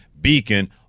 beacon